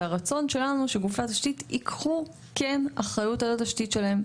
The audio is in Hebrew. והרצון שלנו הוא שגופי התשתית ייקחו אחריות על התשתית שלהם,